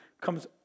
comes